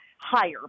higher